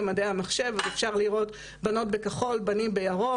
בביולוגיה, מדעי המחשב, בנות בכחול, בנים בירוק.